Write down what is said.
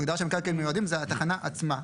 ההגדרה של מקרקעין מיועדים זה התחנה עצמה,